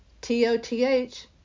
T-O-T-H